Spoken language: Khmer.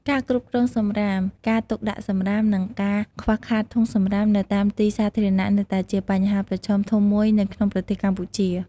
ការគ្រប់គ្រងសំរាម ការទុកដាក់សំរាម និងការខ្វះខាតធុងសំរាមនៅតាមទីសាធារណៈនៅតែជាបញ្ហាប្រឈមធំមួយនៅក្នុងប្រទេសកម្ពុជា។